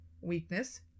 weakness